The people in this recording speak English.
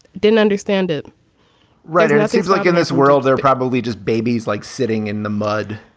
didn't understand it right. it and seems like in this world they're probably just babies like sitting in the mud,